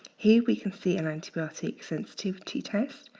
here, we can see an antibiotic sensitivity test.